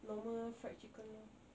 normal fried chicken lah